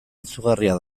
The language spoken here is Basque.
izugarria